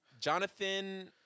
Jonathan